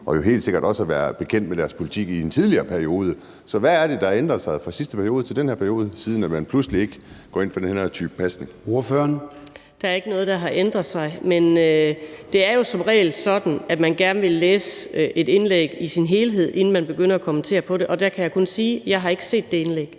at hun helt sikkert også har været bekendt med deres politik i en tidligere periode. Så hvad er det, der har ændret sig fra den sidste periode til den her periode, siden man pludselig ikke går ind for den her type pasning? Kl. 18:08 Formanden (Søren Gade): Ordføreren. Kl. 18:08 Anni Matthiesen (V): Der er ikke noget, der har ændret sig. Men det er jo som regel sådan, at man gerne vil læse et indlæg i sin helhed, inden man begynder at kommentere på det, og der kan jeg kun sige, at jeg ikke har set det indlæg.